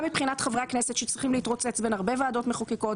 גם מבחינת חברי הכנסת שצריכים להתרוצץ בין הרבה ועדות מחוקקות.